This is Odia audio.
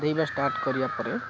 ଗାଧେଇବା ଷ୍ଟାର୍ଟ କରିବା ପରେ